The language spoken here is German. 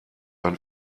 ein